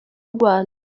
rwanda